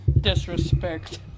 Disrespect